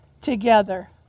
together